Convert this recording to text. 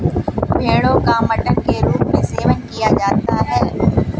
भेड़ो का मटन के रूप में सेवन किया जाता है